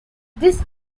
this